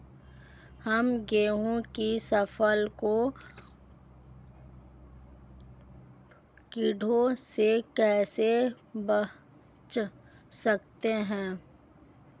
हम गेहूँ की फसल को कीड़ों से कैसे बचा सकते हैं?